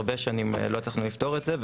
הרבה שנים לא הצלחנו לפתור את זה.